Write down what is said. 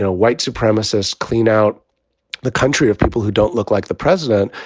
ah white supremacist clean out the country of people who don't look like the president.